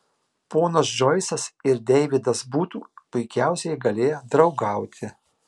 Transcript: ponas džoisas ir deividas būtų puikiausiai galėję draugauti